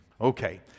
Okay